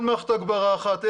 אין מערכת הגברה אחת,